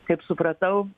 kaip supratau